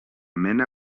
mena